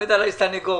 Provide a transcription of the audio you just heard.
ללמד עליי סניגוריה?